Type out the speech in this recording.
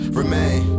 remain